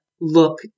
look